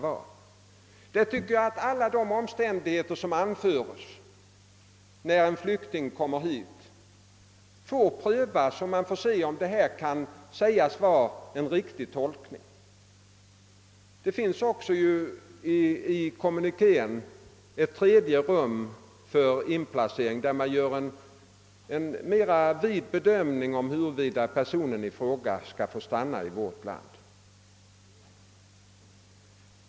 Enligt' min "mening måste alla de omständigheter, som anförs när en flykting kommer hit, prövas så att man får se vilken totalsituation denne befinner sig i. Det finns f.ö. också i kommunikén ett tredje rum för inplacering, där det kan göras en vidare bedömning av huruvida personen i fråga skall få stanna i vårt land.